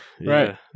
Right